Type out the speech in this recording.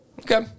Okay